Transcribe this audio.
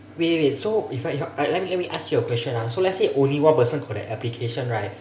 wait wait wait so if right let me let me ask you a question ah so let's say only one person got the application right